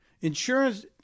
Insurance